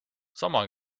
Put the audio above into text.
sama